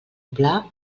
pla